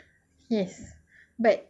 yes but